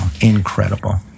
incredible